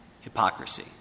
hypocrisy